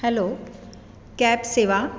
hello cab सेवा